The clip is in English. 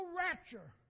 rapture